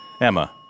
Emma